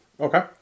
Okay